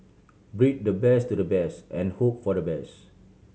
breed the best to the best and hope for the best